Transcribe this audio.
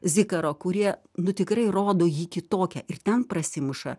zikaro kurie nu tikrai rodo jį kitokią ir ten prasimuša